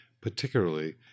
particularly